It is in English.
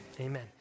Amen